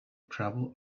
traveled